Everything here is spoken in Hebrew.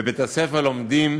בבית-הספר לומדים